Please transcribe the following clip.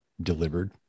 delivered